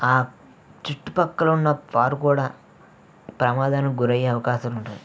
ఆ చుట్టు పక్కలున్న వారు కూడా ప్రమాదానికి గురయ్యే అవకాశాలున్నాయి